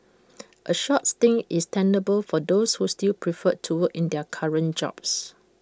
A short stint is tenable for those who still prefer to work in their current jobs